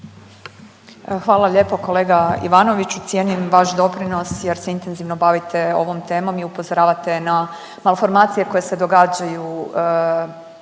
Hvala lijepo kolega Ivanoviću, cijenim vaš doprinos jer se intenzivno bavite ovom temom i upozoravate na malformacije koje se događaju